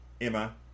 Emma